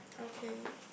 okay